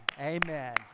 amen